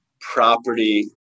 property